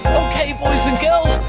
okay boys and girls,